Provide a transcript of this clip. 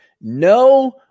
No